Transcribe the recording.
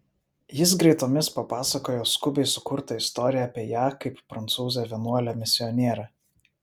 jis greitomis papasakojo skubiai sukurtą istoriją apie ją kaip prancūzę vienuolę misionierę